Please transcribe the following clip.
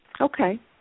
Okay